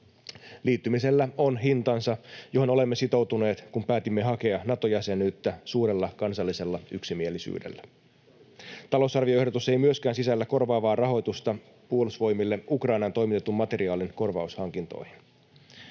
Liittymisellä on hintansa, johon olemme sitoutuneet, kun päätimme hakea Nato-jäsenyyttä suurella kansallisella yksimielisyydellä. Talousarvioehdotus ei myöskään sisällä korvaavaa rahoitusta Puolustusvoimille Ukrainaan toimitetun materiaalin korvaushankintoihin.